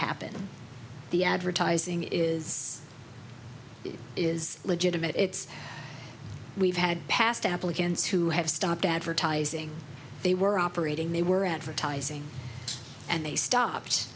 happen in the advertising is it is legitimate it's we've had past applicants who have stopped advertising they were operating they were advertising and they stopped